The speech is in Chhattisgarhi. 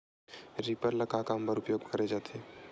रीपर ल का काम बर उपयोग करे जाथे?